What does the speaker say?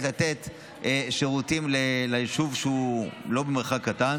לתת שירותים ליישוב שהוא לא במרחק קטן